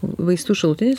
vaistų šalutinis